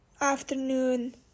afternoon